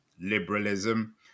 liberalism